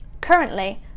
Currently